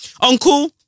Uncle